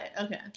Okay